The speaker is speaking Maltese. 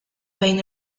bejn